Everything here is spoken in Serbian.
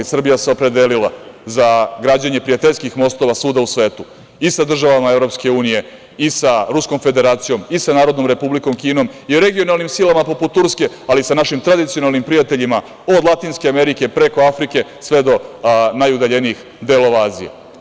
Srbija se opredelila za građenje prijateljskih mostova svuda u svetu, i sa državama EU i sa Ruskom Federacijom i sa Narodnom Republikom Kinom i regionalnim silama poput Turske, ali i sa našim tradicionalnim prijateljima od Latinske Amerike, preko Afrike, sve do najudaljenijih delova Azije.